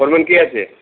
foreman কে আছে